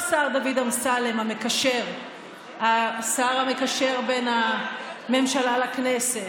איפה השר דוד אמסלם, השר המקשר בין הממשלה לכנסת?